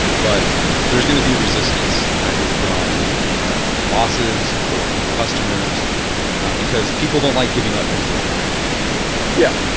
but there is going to be resistance either from bosses or from customers because people don't like giving up control yeah.